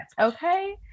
okay